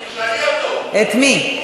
את מי?